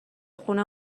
خونه